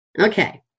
Okay